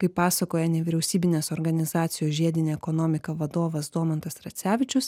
kaip pasakoja nevyriausybinės organizacijos žiedinė ekonomika vadovas domantas tracevičius